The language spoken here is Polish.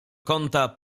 kąta